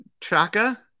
Chaka